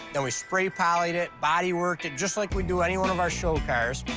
then we spray-poly'd it, body worked it, just like we do any one of our show cars.